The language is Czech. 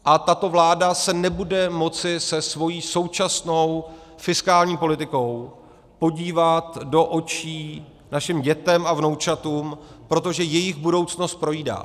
A tato vláda se nebude moci se svou současnou fiskální politikou podívat do očí našim dětem a vnoučatům, protože jejich budoucnost projídá.